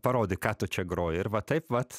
parodyk ką tu čia groji ir va taip vat